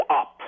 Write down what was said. up